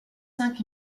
cinq